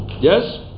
Yes